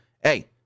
hey